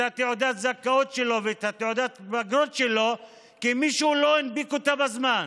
תעודת הזכאות שלו ואת תעודת הבגרות שלו כי מישהו לא הנפיק אותה בזמן?